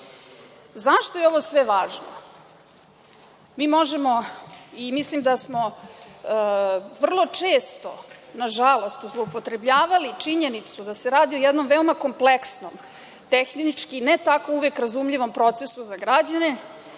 je ovo sve važno? Mi možemo i mislim da smo vrlo često, nažalost, zloupotrebljavali činjenicu da se radi o jednom veoma kompleksnom, tehnički ne tako uvek razumljivom, procesu za građane,